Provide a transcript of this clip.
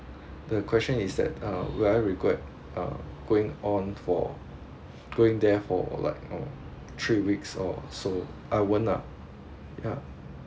the question is that uh will I regret uh going on for going there for like mm three weeks or so I won't lah ya